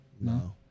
No